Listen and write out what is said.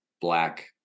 black